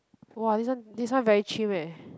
!wah! this one this one very chim eh